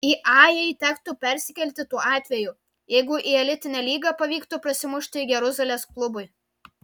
į a jai tektų persikelti tuo atveju jeigu į elitinę lygą pavyktų prasimušti jeruzalės klubui